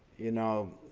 you know,